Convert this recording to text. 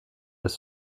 als